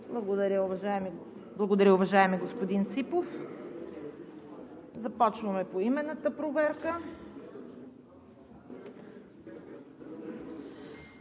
Благодаря, уважаеми господин Ципов. Започваме поименната проверка: